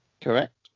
Correct